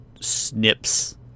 snips